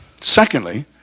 Secondly